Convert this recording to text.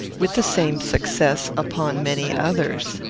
with the same success, upon many others.